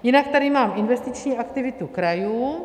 Jinak tady mám investiční aktivitu krajů.